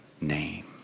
name